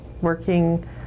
working